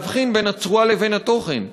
להבחין בין הצורה לבין התוכן.